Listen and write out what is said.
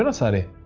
and sorry,